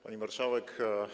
Pani Marszałek!